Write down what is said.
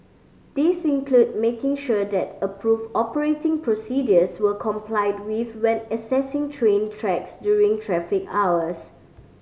these include making sure that approved operating procedures were complied with when accessing train tracks during traffic hours